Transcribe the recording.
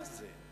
מה זה?